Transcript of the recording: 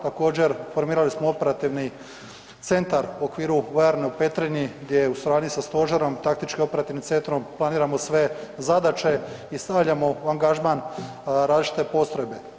Također formirali smo operativni centar u okviru vojarne u Petrinji gdje u suradnji sa stožerom taktičkim operativnim centrom planiramo sve zadaće i stavljamo u angažman različite postrojbe.